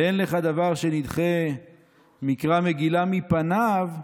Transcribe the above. ואין לך דבר שנדחה מקרא מגילה מפניו,